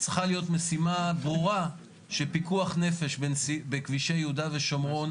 צריכה להיות משימה ברורה של פיקוח נפש בכבישי יהודה ושומרון.